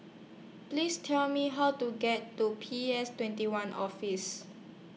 Please Tell Me How to get to P S twenty one Office